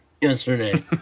yesterday